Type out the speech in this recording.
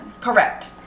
Correct